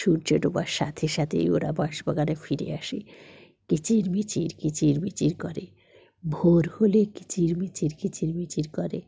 সূর্য ডোবার সাথে সাথেই ওরা বাঁশ বাগানে ফিরে আসে কিচিরমিচির কিচিরমিচির করে ভোর হলে কিচিরমিচির কিচিরমিচির করে